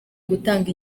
gutanga